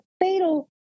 fatal